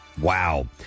Wow